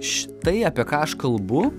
š tai apie ką aš kalbu